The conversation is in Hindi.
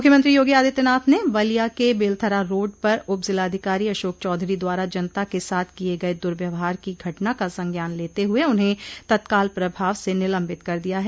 मुख्यमंत्री योगी आदित्यनाथ ने बलिया के बेल्थरा रोड पर उपजिलाधिकारी अशोक चौधरी द्वारा जनता के साथ किये गये दुर्व्यवहार की घटना का संज्ञान लेते हुए उन्हें तत्काल प्रभाव से निलम्बित कर दिया है